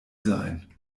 sein